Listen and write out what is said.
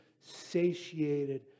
satiated